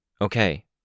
Okay